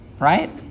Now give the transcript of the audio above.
right